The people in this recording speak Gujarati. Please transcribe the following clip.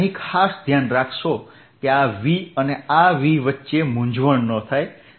અહીં ખાસ ધ્યાન રાખશો કે આ v અને આ V વચ્ચે મૂંઝવણ ન થાય